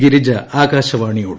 ഗിരിജ ആകാശവാണിയോട്